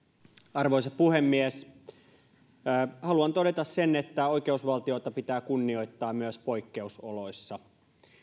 arvoisa puhemies haluan todeta sen että oikeusvaltiota pitää kunnioittaa myös poikkeusoloissa